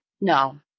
No